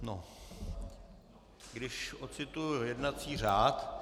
No, když odcituji jednací řád...